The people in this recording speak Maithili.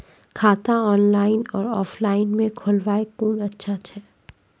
खाता ऑनलाइन और ऑफलाइन म खोलवाय कुन अच्छा छै?